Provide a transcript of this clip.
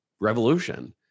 revolution